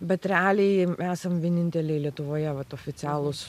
bet realiai esam vieninteliai lietuvoje vat oficialūs